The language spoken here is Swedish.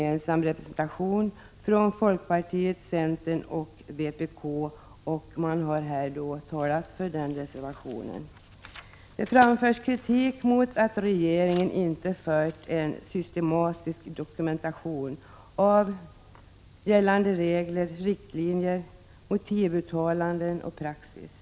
1986/87:127 folkpartiet, centern och vpk, och företrädare för dessa partier har här talat 20 maj 1987 för den. I reservationen framförs kritik mot att regeringen inte fört en systematisk Granskning CYSfeR dokumentation av gällande regler, riktlinjer, motivuttalanden och praxis.